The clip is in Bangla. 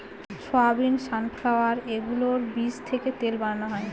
সয়াবিন, সানফ্লাওয়ার এগুলোর বীজ থেকে তেল বানানো হয়